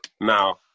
Now